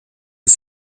was